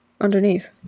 underneath